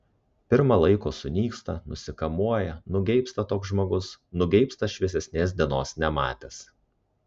pirma laiko sunyksta nusikamuoja nugeibsta toks žmogus nugeibsta šviesesnės dienos nematęs